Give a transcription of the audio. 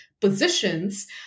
positions